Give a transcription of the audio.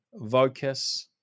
Vocus